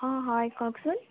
অ হয় কওঁকচোন